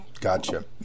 Gotcha